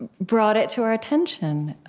brought it to our attention.